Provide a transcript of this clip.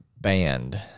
band